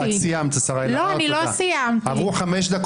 לא סיימתי.